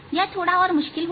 यह थोड़ा और मुश्किल होगा